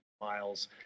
miles